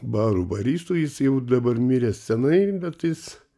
baru barysu jis jau dabar miręs senai bet jis